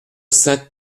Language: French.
saint